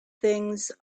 things